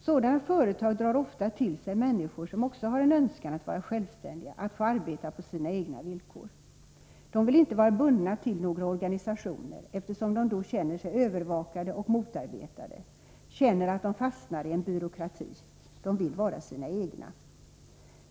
Sådana företag drar ofta till sig människor som också har en önskan att vara självständiga, att få arbeta på sina egna villkor. De vill inte vara bundna till några organisationer, eftersom de då känner sig övervakade och motarbetade, känner att de fastnar i en byråkrati. De vill vara sina egna.